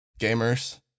Gamers